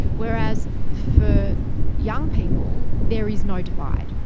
whereas for young people, there is no divide.